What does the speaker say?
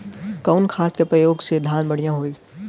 कवन खाद के पयोग से धान बढ़िया होई?